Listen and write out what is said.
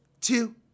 two